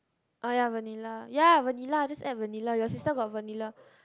oh ya vanilla ya vanilla just add vanilla your sister got vanilla